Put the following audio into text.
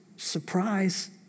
surprise